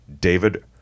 david